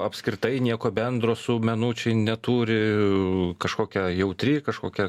apskritai nieko bendro su menu čia ji neturi kažkokia jautri kažkokia